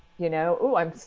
you know? oh, i'm.